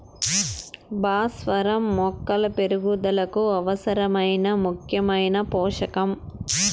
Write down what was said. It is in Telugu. భాస్వరం మొక్కల పెరుగుదలకు అవసరమైన ముఖ్యమైన పోషకం